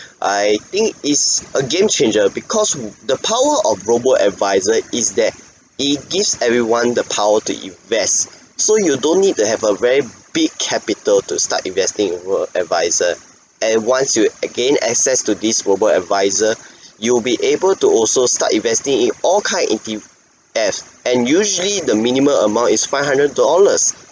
I think it's a game-changer because the power of robo adviser is that it gives everyone the power to invest so you don't need to have a very big capital to start investing in robo adviser and once you uh gain access to this robo adviser you'll be able to also start investing in all kind indi~ yes and usually the minimum amount is five hundred dollars